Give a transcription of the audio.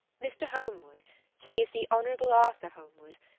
mr. holmwood he is the hon. arthur holmwood,